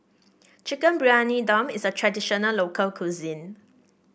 Chicken Briyani Dum is a traditional local cuisine